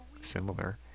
similar